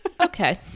okay